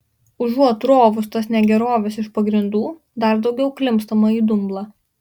užuot rovus tas negeroves iš pagrindų dar daugiau klimpstama į dumblą